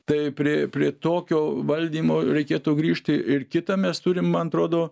tai pri prie tokio valdymo reikėtų grįžti ir kita mes turim man atrodo